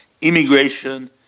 Immigration